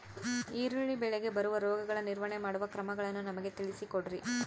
ಈರುಳ್ಳಿ ಬೆಳೆಗೆ ಬರುವ ರೋಗಗಳ ನಿರ್ವಹಣೆ ಮಾಡುವ ಕ್ರಮಗಳನ್ನು ನಮಗೆ ತಿಳಿಸಿ ಕೊಡ್ರಿ?